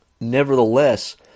Nevertheless